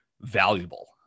valuable